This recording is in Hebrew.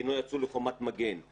שבגינו יצאו לחומת מגן.